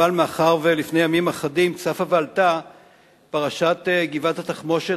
אבל מאחר שלפני ימים אחדים צפה ועלתה פרשת גבעת-התחמושת,